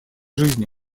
жизни